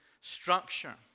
structure